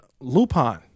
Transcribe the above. Lupin